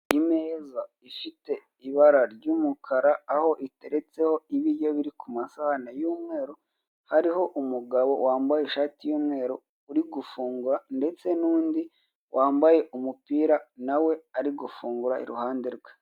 Imeza ifite ibara ry'umukara aho iteretseho ibiryo biri ku masahane y'umweru hariho umugabo wambaye ishati y'umweru uri gufungura ndetse n'undi wambaye umupira nawe ari gufungura iruhande rwe.